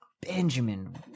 Benjamin